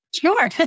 Sure